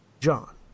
John